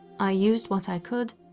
i used what i could,